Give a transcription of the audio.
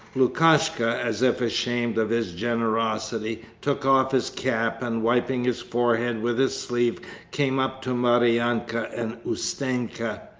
lukashka, as if ashamed of his generosity, took off his cap and wiping his forehead with his sleeve came up to maryanka and ustenka.